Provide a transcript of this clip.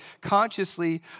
consciously